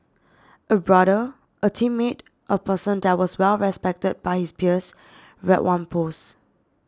a brother a teammate a person that was well respected by his peers read one post